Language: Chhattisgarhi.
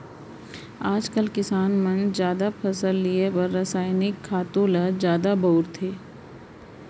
आजकाल किसान मन जादा फसल लिये बर रसायनिक खातू ल जादा बउरत हें